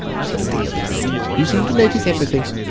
said adela bitterly. you seem to notice everything.